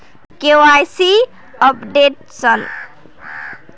KYC updation?